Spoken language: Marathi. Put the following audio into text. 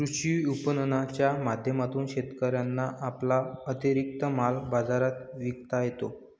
कृषी विपणनाच्या माध्यमातून शेतकऱ्यांना आपला अतिरिक्त माल बाजारात विकता येतो